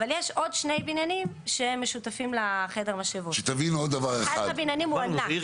אבל יש עוד שני בניינים ששותפים לחדר המשאבות --- יושבת פה אישה,